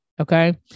Okay